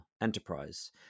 enterprise